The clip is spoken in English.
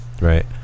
right